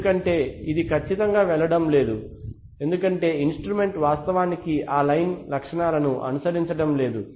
ఎందుకంటే ఇది ఖచ్చితంగా వెళ్ళడం లేదు ఎందుకంటే ఇన్స్ట్రుమెంట్ వాస్తవానికి ఆ లైన్ లక్షణాలను అనుసరించటం లేదు